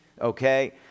Okay